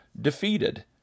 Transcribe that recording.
defeated